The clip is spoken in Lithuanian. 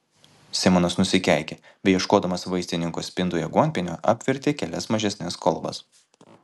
simonas nusikeikė beieškodamas vaistininko spintoje aguonpienio apvertė kelias mažesnes kolbas